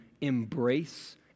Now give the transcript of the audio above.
embrace